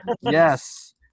Yes